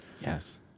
Yes